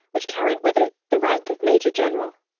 which carried with it the rank of major general.